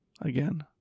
again